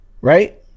right